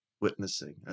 witnessing